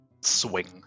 swing